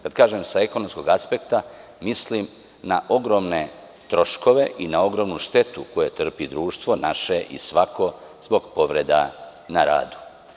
Kada kažem sa ekonomskog aspekta, mislim na ogromne troškove i na ogromnu štetu koji trpi društvo, naše i svako, zbog povreda na radu.